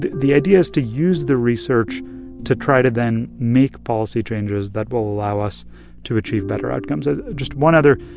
the the idea is to use the research to try to then make policy changes that will allow us to achieve better outcomes. ah just just one other,